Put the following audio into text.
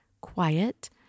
quiet